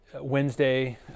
Wednesday